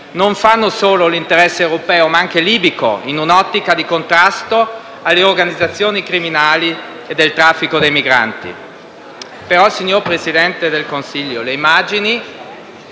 non fanno solo l'interesse europeo ma anche libico, in un'ottica di contrasto alle organizzazioni criminali e del traffico dei migranti. Signor Presidente del Consiglio, le immagini